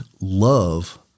love